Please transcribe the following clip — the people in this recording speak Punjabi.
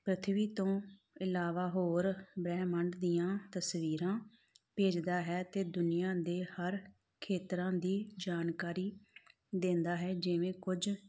ਪ੍ਰਿਥਵੀ ਤੋਂ ਇਲਾਵਾ ਹੋਰ ਬ੍ਰਹਿਮੰਡ ਦੀਆਂ ਤਸਵੀਰਾਂ ਭੇਜਦਾ ਹੈ ਅਤੇ ਦੁਨੀਆ ਦੇ ਹਰ ਖੇਤਰਾਂ ਦੀ ਜਾਣਕਾਰੀ ਦਿੰਦਾ ਹੈ ਜਿਵੇਂ ਕੁਝ